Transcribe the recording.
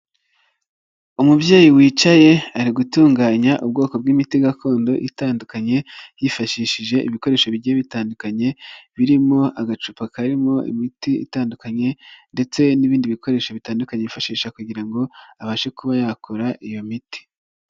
Umubyeyi wicaye ari gutunganya ubwoko bw'imiti gakondo itandukanye, yifashishije ibikoresho bigiye bitandukanye, birimo agacupa karimo imiti itandukanye, ndetse n'ibindi bikoresho bitandukanye yifashisha kugira ngo abashe kuba yakora iyo miti.